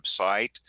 website